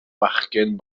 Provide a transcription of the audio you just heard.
fachgen